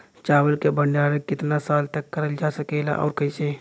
चावल क भण्डारण कितना साल तक करल जा सकेला और कइसे?